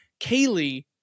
Kaylee